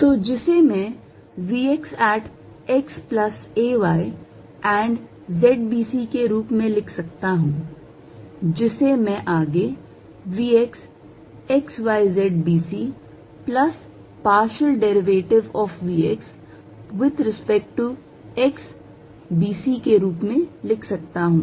तो जिसे मैं vx at x plus a y and z b c के रूप में लिख सकता हूं जिसे मैं आगे vx x y z b c plus partial derivative of vx with respect to x b c के रूप में लिख सकता हूं